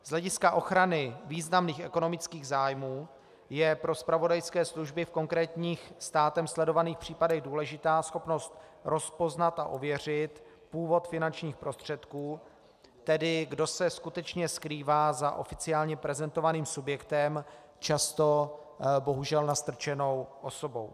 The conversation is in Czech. Z hlediska ochrany významných ekonomických zájmů je pro zpravodajské služby v konkrétních státem sledovaných případech důležitá schopnost rozpoznat a ověřit původ finančních prostředků, tedy kdo se skutečně skrývá za oficiálně prezentovaným subjektem, často bohužel nastrčenou osobou.